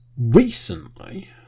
recently